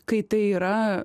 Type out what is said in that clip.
kai tai yra